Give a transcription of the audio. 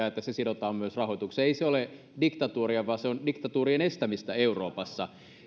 että se sidotaan myös rahoitukseen ei se ole diktatuuria vaan se on diktatuurien estämistä euroopassa